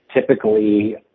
typically